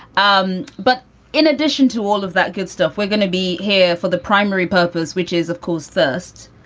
um but in addition to all of that good stuff, we're gonna be here for the primary purpose, which is, of course, first.